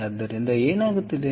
ಆದ್ದರಿಂದ ಏನಾಗುತ್ತಿದೆ